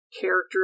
character